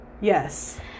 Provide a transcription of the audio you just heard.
Yes